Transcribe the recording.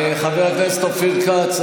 חבר הכנסת אופיר כץ,